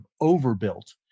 overbuilt